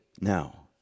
now